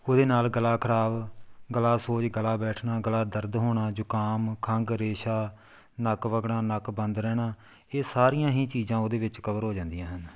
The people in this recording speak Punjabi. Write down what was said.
ਉਹਦੇ ਨਾਲ ਗਲਾ ਖ਼ਰਾਬ ਗਲਾ ਸੋਜ ਗਲਾ ਬੈਠਣਾ ਗਲਾ ਦਰਦ ਹੋਣਾ ਜੁਕਾਮ ਖੰਘ ਰੇਸ਼ਾ ਨੱਕ ਵਗਣਾ ਨੱਕ ਬੰਦ ਰਹਿਣਾ ਇਹ ਸਾਰੀਆਂ ਹੀ ਚੀਜ਼ਾਂ ਉਹਦੇ ਵਿੱਚ ਕਵਰ ਹੋ ਜਾਂਦੀਆਂ ਹਨ